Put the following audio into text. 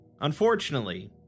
Unfortunately